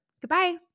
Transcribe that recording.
Goodbye